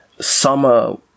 summer